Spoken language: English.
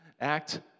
act